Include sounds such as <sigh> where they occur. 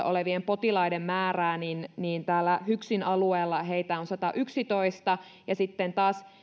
<unintelligible> olevien potilaiden määrää niin niin täällä hyksin alueella heitä on satayksitoista ja sitten